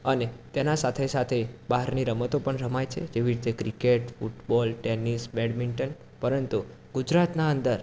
અને તેના સાથે સાથે બહારની રમતો પણ રમાય છે જેવી રીતે ક્રિકેટ ફૂટબોલ ટેનિસ બેડમિન્ટન તો ગુજરાતના અંદર